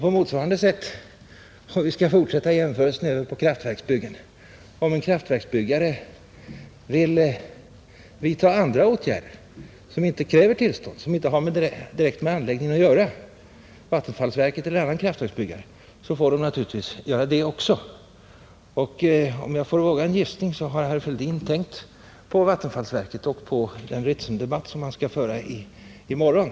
På motsvarande sätt — om vi skall fortsätta jämförelsen med kraftverksbygget — får en kraftverksbyggare vidta åtgärder som inte direkt har med anläggningen att göra. Om jag får våga en gissning har herr Fälldin tänkt på vattenfallsverket och på den Ritsemdebatt som skall föras i morgon.